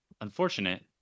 Unfortunate